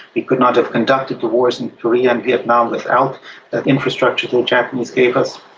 we could not have conducted the wars in korea and vietnam without that infrastructure the japanese gave us.